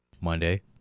Monday